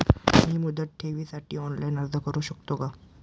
मी मुदत ठेवीसाठी ऑनलाइन अर्ज करू शकतो का?